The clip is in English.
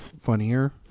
funnier